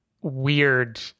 weird